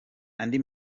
andi